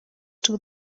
two